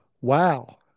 Wow